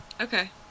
Okay